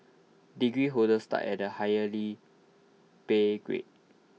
degree holders start at A higher pay grade